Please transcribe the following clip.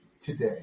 today